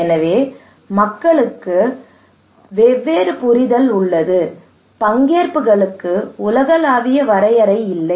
எனவே மக்களுக்கு வெவ்வேறு புரிதல் உள்ளது பங்கேற்புகளுக்கு உலகளாவிய வரையறை இல்லை